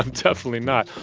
um definitely not.